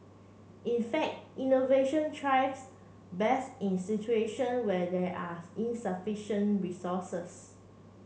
in fact innovation thrives best in situation where there are insufficient resources